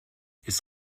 ist